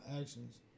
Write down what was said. actions